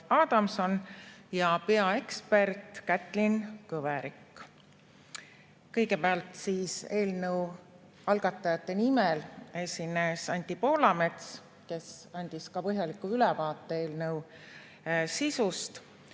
Adamson ja peaekspert Kätlin Kõverik. Kõigepealt eelnõu algatajate nimel esines Anti Poolamets, kes andis ka põhjaliku ülevaate eelnõu sisust.